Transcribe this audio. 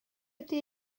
ydy